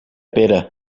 pere